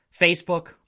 Facebook